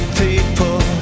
people